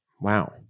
Wow